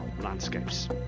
landscapes